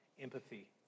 Empathy